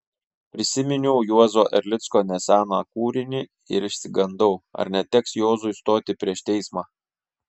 prisiminiau juozo erlicko neseną kūrinį ir išsigandau ar neteks juozui stoti prieš teismą